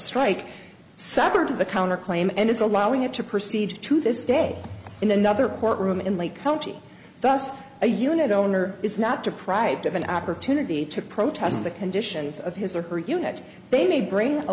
strike severed the counterclaim and is allowing it to proceed to this day in another courtroom in lee county just a unit owner is not deprived of an opportunity to protest the conditions of his or her unit they may bring a